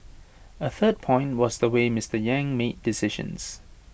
A third point was the way Mister yang made decisions